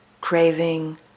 craving